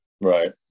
right